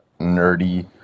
nerdy